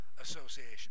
association